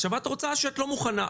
את אומרת שאת לא מוכנה,